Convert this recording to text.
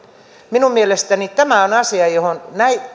minun mielestäni tämä on asia johon